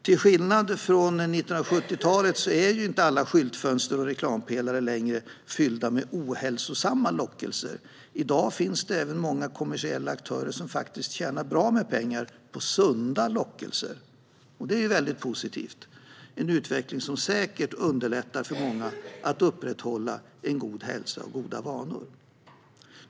Till skillnad från 1970-talet är inte alla skyltfönster och reklampelare fyllda med ohälsosamma lockelser. I dag finns det även många kommersiella aktörer som faktiskt tjänar bra med pengar på sunda lockelser. Det är en positiv utveckling, som säkert underlättar för många att upprätthålla en god hälsa.